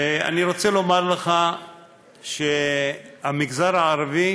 אני רוצה לומר לך שהמגזר הערבי